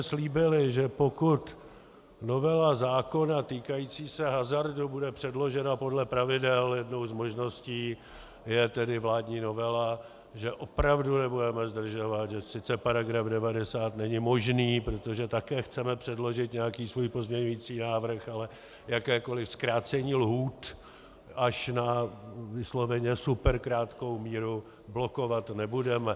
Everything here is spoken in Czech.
Slíbili jsme, že pokud novela zákona týkající se hazardu bude předložena podle pravidel, jednou z možností je tedy vládní novela, že opravdu nebudeme zdržovat, že sice § 90 není možný, protože také chceme předložit nějaký svůj pozměňující návrh, ale jakékoliv zkrácení lhůt až na vysloveně superkrátkou míru blokovat nebudeme.